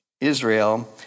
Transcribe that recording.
Israel